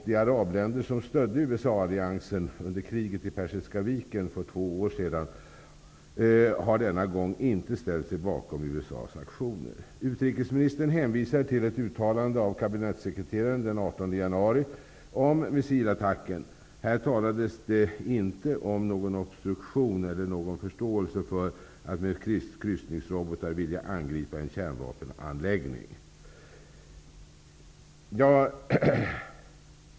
De arabländer som stödde USA-alliansen under kriget i Persiska viken för två år sedan har denna gång inte ställt sig bakom USA:s aktioner. Utrikesministern hänvisar till ett uttalande av kabinettssekreteraren den 18 januari om missilattacken. Det talades då inte om obstruktion eller visades någon förståelse för att med kryssningsrobotar vilja angripa en kärnvapenanläggning.